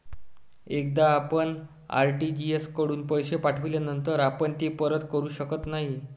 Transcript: एकदा आपण आर.टी.जी.एस कडून पैसे पाठविल्यानंतर आपण ते परत करू शकत नाही